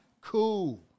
Cool